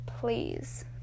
please